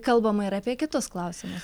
kalbama ir apie kitus klausimus